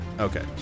Okay